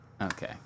Okay